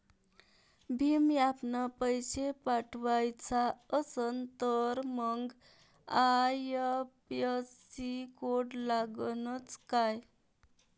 भीम ॲपनं पैसे पाठवायचा असन तर मंग आय.एफ.एस.सी कोड लागनच काय?